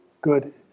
good